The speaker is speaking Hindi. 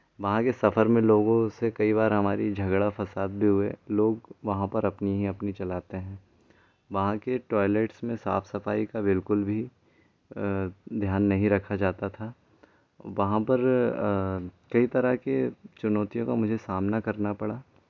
वहाँ के सफर में लोगों से कई बार हमारी झगड़ा फसाद भी हुए लोग वहाँ पर अपनी ही अपनी चलाते हैं वहाँ के टॉयलेट्स में साफ सफाई का बिल्कुल भी ध्यान नहीं रखा जाता था वहाँ पर कई तरह के चुनौतियों का मुझे सामना करना पड़ा